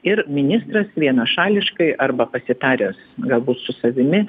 ir ministras vienašališkai arba pasitaręs galbūt su savimi